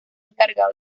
encargado